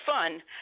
fun